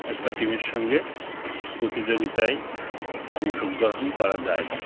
একটা টিমের সঙ্গে প্রতিযোগিতায় অংশগ্রহণ করা যায় না